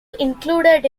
included